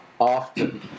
Often